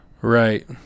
Right